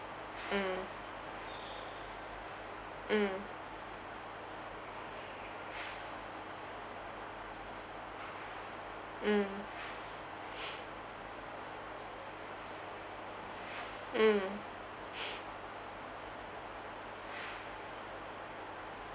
mm mm mm mm